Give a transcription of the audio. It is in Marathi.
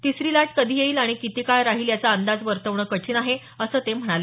तिसरी लाट कधी येईल आणि किती काळ राहील याचा अंदाज वर्तवणं कठीण आहे असं ते म्हणाले